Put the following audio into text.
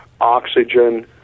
oxygen